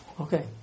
Okay